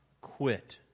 quit